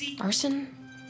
Arson